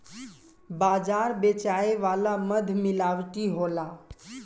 बाजार बेचाए वाला मध मिलावटी होला